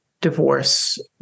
divorce